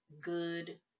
good